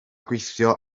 gweithio